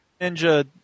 Ninja